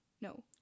No